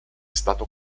stato